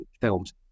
films